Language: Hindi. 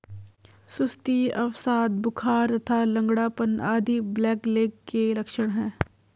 सुस्ती, अवसाद, बुखार तथा लंगड़ापन आदि ब्लैकलेग के लक्षण हैं